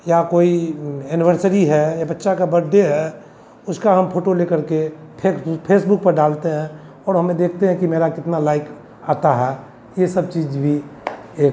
या कोई एनिवर्सरी है या बच्चा का बड्डे है उसका हम फोटो लेकर के फेकबुक फेसबुक पर डालते हैं और हम यह देखते हैं कि मेरा कितना लाइक आता है यह सब चीज़ भी एक